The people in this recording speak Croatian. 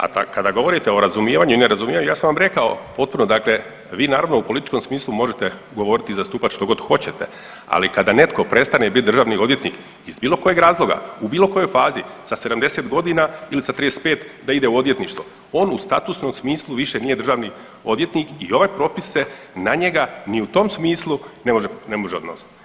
A kada govorite o razumijevanju i nerazumijevanju, ja sam vam rekao putno dakle vi naravno u političkom smislu možete govoriti i zastupat što god hoćete, ali kada netko prestane bit državni odvjetnik iz bilo kojeg razloga u bilo kojoj fazi sa 70 godina ili sa 35 da ide u odvjetništvo, on u statusnom smislu više nije državni odvjetnik i ovaj propis se na njega ni u tom smislu ne može odnositi.